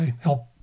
help